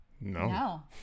No